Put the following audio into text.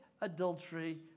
adultery